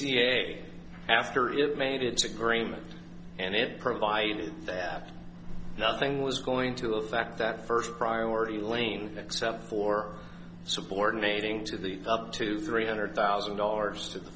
ca after it made its agreement and it provided that nothing was going to affect that first priority lane except for subordinating of the up to three hundred thousand dollars to the